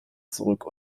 zurück